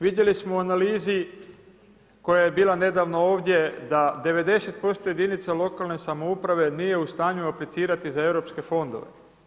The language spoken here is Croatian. Vidjeli smo u analizi koja je bila nedavno ovdje da 90% jedinica lokalne samouprave nije u stanju aplicirati za europske fondove.